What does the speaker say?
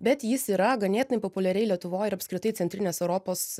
bet jis yra ganėtinai populiari lietuvoj apskritai centrinės europos